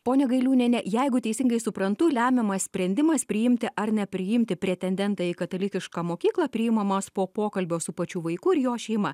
pone gailiūniene jeigu teisingai suprantu lemiamas sprendimas priimti ar nepriimti pretendentą į katalikišką mokyklą priimamas po pokalbio su pačiu vaiku ir jo šeima